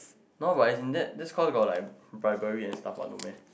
now about isn't that that calls got like biblely and stuff what no meh